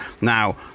Now